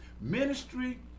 Ministry